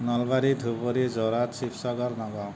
Nalbari Dhubri Jorhat Sivasagar Nagaon